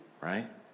right